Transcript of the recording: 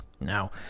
Now